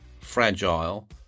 fragile